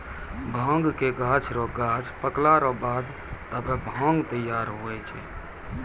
भांगक गाछ रो गांछ पकला रो बाद तबै भांग तैयार हुवै छै